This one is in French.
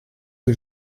que